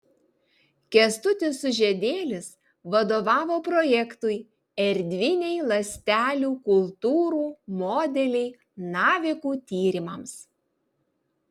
kęstutis sužiedėlis vadovavo projektui erdviniai ląstelių kultūrų modeliai navikų tyrimams